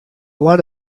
lot